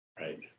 Right